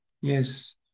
yes